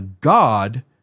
God